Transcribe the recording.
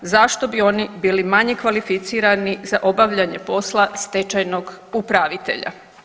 Zašto bi oni bili manje kvalificirani za obavljanje posla stečajnog upravitelja?